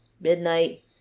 Midnight